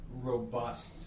robust